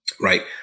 right